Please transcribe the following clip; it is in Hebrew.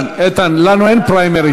איתן, איתן, לנו אין פריימריז.